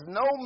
no